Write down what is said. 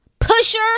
pusher